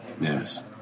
Yes